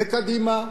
וקדימה,